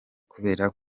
kubera